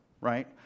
right